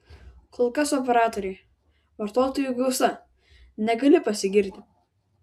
kol kas operatoriai vartotojų gausa negali pasigirti